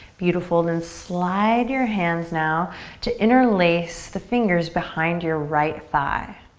beautiful, then slide your hands now to interlace the fingers behind your right thigh.